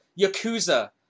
Yakuza